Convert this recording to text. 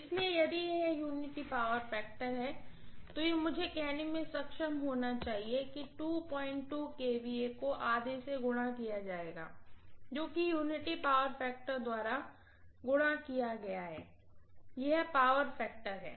इसलिए यदि यह यूनिटी पावर फैक्टर है तो मुझे यह कहने में सक्षम होना चाहिए कि kVA को आधा से गुणा किया जाएगा जो कि यूनिटी पावर फैक्टर द्वारा गुणा किया गया है यह पावर फैक्टर है